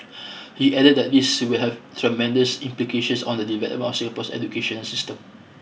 he added that this will have tremendous implications on the development of Singapore's educational system